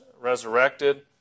resurrected